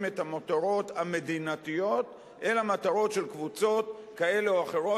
את המטרות המדינתיות אלא מטרות של קבוצות כאלה או אחרות,